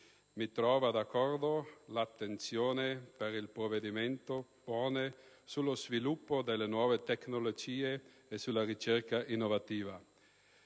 Mi trova d'accordo l'attenzione che il provvedimento pone sullo sviluppo delle nuove tecnologie e sulla ricerca innovativa.